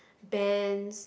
bands